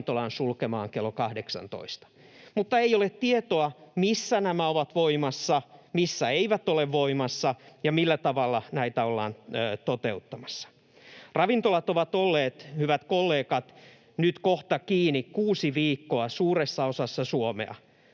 ravintolan sulkemaan kello 18. Mutta ei ole tietoa, missä nämä ovat voimassa, missä eivät ole voimassa ja millä tavalla näitä ollaan toteuttamassa. Ravintolat ovat olleet, hyvät kollegat, kiinni kohta kuusi viikkoa suuressa osassa Suomea,